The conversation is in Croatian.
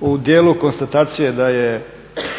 u dijelu konstatacije da je